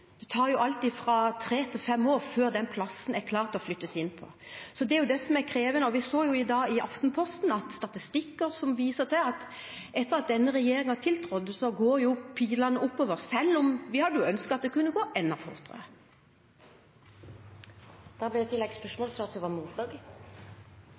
det tid. Det tar alt fra tre til fem år før den plassen er klar til å flyttes inn på. Det er det som er krevende, og i Aftenposten i dag så vi statistikker som viser til at etter at denne regjeringen tiltrådte, går pilene oppover – selv om vi hadde ønsket at det kunne gå enda fortere.